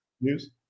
news